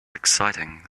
exciting